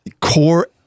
core